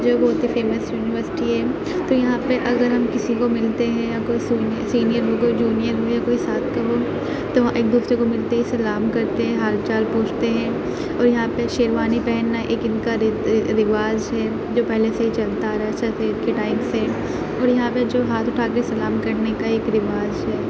جو بہت ہی فیمس یونیورسٹی ہے تو یہاں پہ اگر ہم کسی کو ملتے ہیں یا کوئی سونیئر سینئر ہو کہ جونیئر بھی ہے کوئی ساتھ کا ہو تو ایک دوسرے کو ملتے ہوئے سلام کرتے ہیں حال چال پوچھتے ہیں اور یہاں پہ شیروانی پہننا ایک ان کا رواج ہے جو پہلے سے ہی چلتا آ رہا ہے سر سید کے ٹائم سے اور یہاں پہ جو ہاتھ اٹھا کے سلام کرنے کا ایک رواج ہے